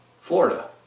Florida